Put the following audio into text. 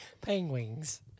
Penguins